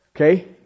Okay